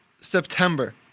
September